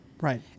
Right